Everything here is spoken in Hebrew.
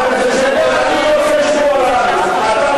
אבל, חבר הכנסת שטבון, אני רוצה לשמור על הארץ.